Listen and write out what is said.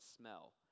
smell